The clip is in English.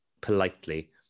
politely